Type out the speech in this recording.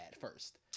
first